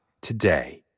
today